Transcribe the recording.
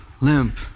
limp